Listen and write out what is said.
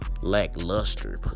lackluster